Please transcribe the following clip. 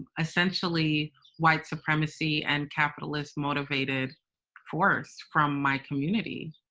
essentially white supremacy and capitalist motivated force from my community.